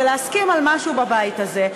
ולהסכים על משהו בבית הזה.